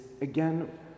again